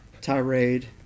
tirade